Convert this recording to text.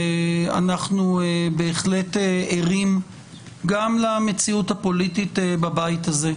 ואנחנו בהחלט ערים גם למציאות הפוליטית בבית הזה.